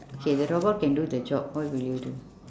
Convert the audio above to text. okay the robot can do the job what will you do